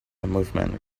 movement